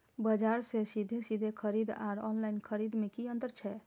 बजार से सीधे सीधे खरीद आर ऑनलाइन खरीद में की अंतर छै?